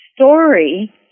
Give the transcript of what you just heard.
story